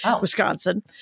Wisconsin